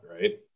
right